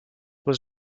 was